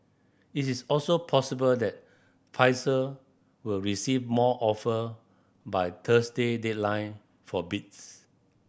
it is also possible that Pfizer will receive more offer by Thursday deadline for bids